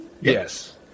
Yes